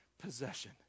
possession